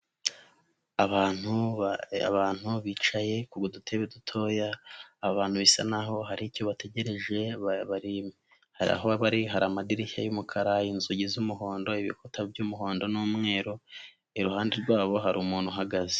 Abantu ba abantu bicaye ku dutebe dutoya ,abantu bisa naho hari icyo bategereje bari bari aho bari hari amadirishya y'umukara inzugi z'umuhondo ibikuta by'umuhondo n'umweru, iruhande rwabo hari umuntu uhagaze.